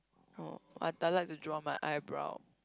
orh I I like to draw my eyebrow